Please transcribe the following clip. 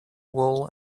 wool